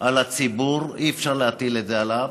על הציבור, אי-אפשר להטיל את זה עליו,